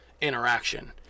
interaction